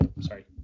Sorry